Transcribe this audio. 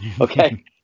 okay